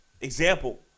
example